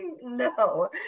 No